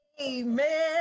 Amen